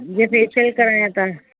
जीअं फ़ेशियल करायां त